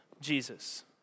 Jesus